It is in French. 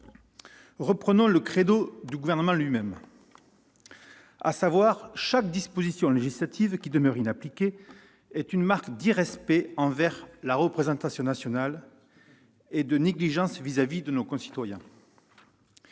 Selon le credo même du Gouvernement, « chaque disposition législative qui demeure inappliquée est une marque d'irrespect envers la représentation nationale et de négligence vis-à-vis de nos concitoyens ».